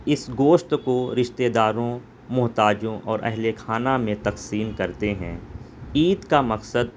اس گوشت کو رشتتے داروں محتاجوں اور اہل خانہ میں تقسیم کرتے ہیں عید کا مقصد